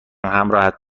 همراهت